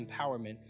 empowerment